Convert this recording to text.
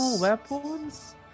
weapons